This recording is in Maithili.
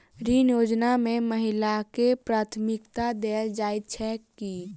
ऋण योजना मे महिलाकेँ प्राथमिकता देल जाइत छैक की?